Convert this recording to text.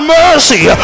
mercy